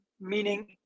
meaning